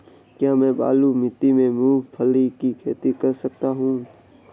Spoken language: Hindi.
क्या मैं बालू मिट्टी में मूंगफली की खेती कर सकता हूँ?